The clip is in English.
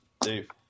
Dave